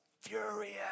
furious